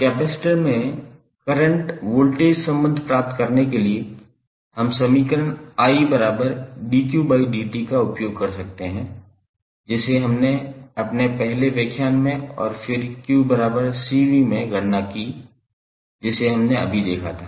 अब कैपेसिटर में current voltage संबंध प्राप्त करने के लिए हम समीकरण 𝑖𝑑𝑞𝑑𝑡 का उपयोग कर सकते हैं जिसे हमने अपने पहले व्याख्यान में और फिर 𝑞𝐶𝑣 में गणना की जिसे हमने अभी देखा था